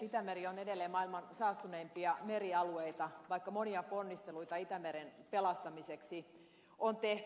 itämeri on edelleen maailman saastuneimpia merialueita vaikka monia ponnisteluita itämeren pelastamiseksi on tehty